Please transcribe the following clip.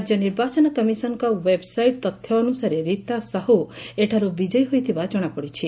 ରାକ୍ୟ ନିର୍ବାଚନ କମିଶନଙ୍ଙ ଓ୍ୱେବ୍ସାଇଟ୍ ତଥ୍ୟ ଅନୁସାରେ ରୀତା ସାହୁ ଏଠାରୁ ବିଜୟୀ ହୋଇଥିବା ଜଣାପଡ଼ିଛି